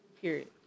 period